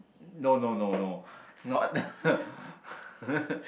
no no no no not